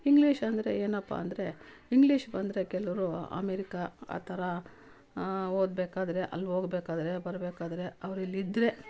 English ಅಂದರೆ ಏನಪ್ಪಾ ಅಂದರೆ ಇಂಗ್ಲೀಷ್ ಬಂದರೆ ಕೆಲವರು ಅಮೆರಿಕಾ ಆ ಥರ ಓದ್ಬೇಕಾದರೆ ಅಲ್ಲೋಗಬೇಕಾದ್ರೆ ಬರಬೇಕಾದ್ರೆ ಅವರಿಲ್ಲಿದ್ರೆ